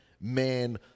man